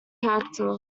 character